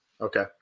Okay